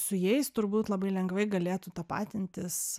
ir su jais turbūt labai lengvai galėtų tapatintis